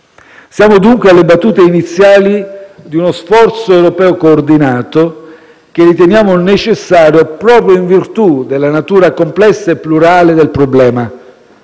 Siamo, dunque, alle battute iniziali di uno sforzo europeo coordinato, che riteniamo necessario proprio in virtù della natura complessa e plurale del problema.